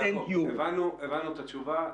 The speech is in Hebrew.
יעקב, הבנו את התשובה.